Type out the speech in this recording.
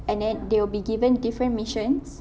and then they will given different missions